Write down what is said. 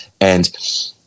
and-